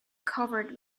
covered